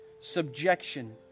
Subjection